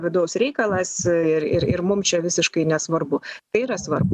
vidaus reikalas ir ir ir mum čia visiškai nesvarbu tai yra svarbu